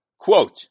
Quote